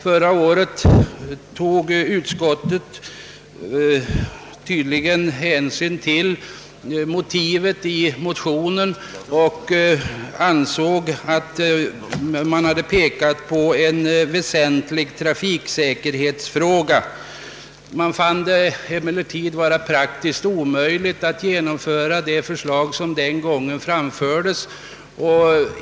Förra året tog utskottet tydligen hänsyn till motivet i motionen och ansåg att en väsentlig trafiksäkerhetsfråga berördes däri. Utskottet fann det emellertid praktiskt omöjligt att genomföra det förslag som då framfördes.